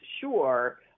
sure